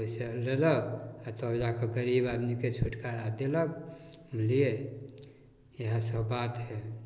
ओहिसँ लेलक आओर तब जाकऽ गरीब आदमीके छुटकारा देलक बुझलिए इएहसब बात हइ